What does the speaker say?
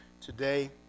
today